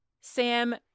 Sam